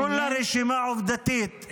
כולה רשימה עובדתית.